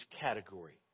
category